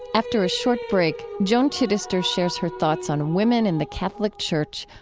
after a short break, joan chittister shares her thoughts on women and the catholic church,